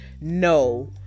no